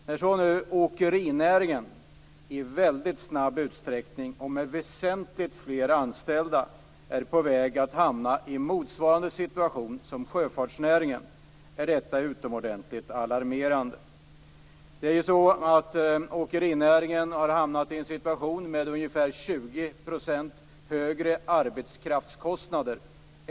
När så åkerinäringen i väldigt stor utsträckning och med väsentligt fler anställda är på väg att hamna i motsvarande situation som sjöfartsnäringen är detta utomordentligt alarmerande. Åkerinäringen har hamnat i en situation med ungefär 20 % högre arbetskraftskostnader.